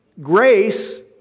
grace